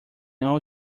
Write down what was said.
all